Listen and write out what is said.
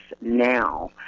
now